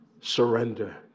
surrender